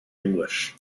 english